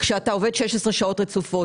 כשאתה עובד 16 שעות רצופות?